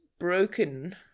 Broken